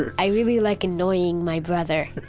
and i really like annoying. my brother